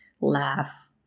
laugh